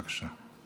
בבקשה.